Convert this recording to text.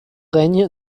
règne